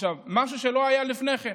משהו שלא היה לפני כן.